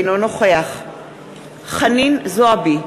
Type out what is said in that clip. אינו נוכח חנין זועבי,